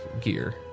gear